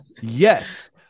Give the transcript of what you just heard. yes